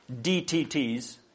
DTTs